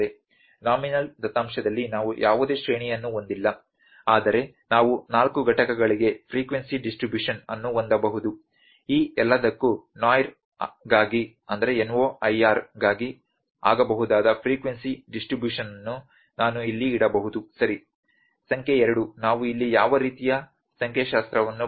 nominal ದತ್ತಾಂಶದಲ್ಲಿ ನಾವು ಯಾವುದೇ ಶ್ರೇಣಿಯನ್ನು ಹೊಂದಿಲ್ಲ ಆದರೆ ನಾವು ನಾಲ್ಕು ಘಟಕಗಳಿಗೆ ಫ್ರೀಕ್ವೆನ್ಸಿ ಡಿಸ್ಟ್ರಬ್ಯೂಶನ ಅನ್ನು ಹೊಂದಬಹುದು ಈ ಎಲ್ಲದಕ್ಕೂ N O I R ಗಾಗಿ ಆಗಬಹುದಾದ ಫ್ರೀಕ್ವೆನ್ಸಿ ಡಿಸ್ಟ್ರಬ್ಯೂಶನನ್ನು ನಾನು ಇಲ್ಲಿ ಇಡಬಹುದು ಸರಿ ಸಂಖ್ಯೆ 2 ನಾವು ಇಲ್ಲಿ ಯಾವ ರೀತಿಯ ಸಂಖ್ಯಾಶಾಸ್ತ್ರಗಳನ್ನು ಬಳಸಬಹುದು